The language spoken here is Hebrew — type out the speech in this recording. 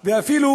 ואפילו,